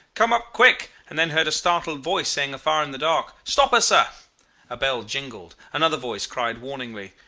come up, quick and then heard a startled voice saying afar in the dark, stop her, sir a bell jingled. another voice cried warningly,